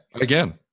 again